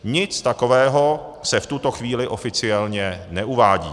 Nic takového se v tuto chvíli oficiálně neuvádí.